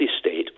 state